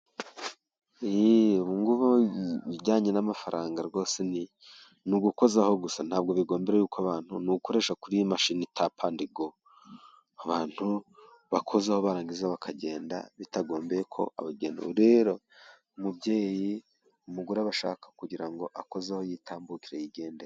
Ubungubu ibijyanye n'amafaranga rwose; ni ugukozaho gusa, ntabwo bigombera yuko abantu... ni ugukoresha kuri iyi mashini tapandigo. Abantu bakozaho barangiza bakagenda bitagombye... rero umubyeyi, umugore arashaka kugira ngo akozeho yitambukire, yigendere.